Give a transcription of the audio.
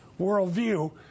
worldview